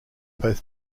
both